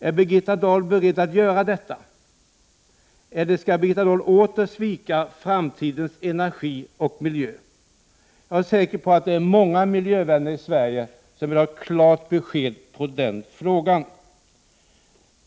Är Birgitta Dahl beredd att göra detta, eller skall Birgitta Dahl svika framtidens energi och miljö? Jag är säker på att många miljövänner i Sverige vill ha ett klart besked i den här frågan.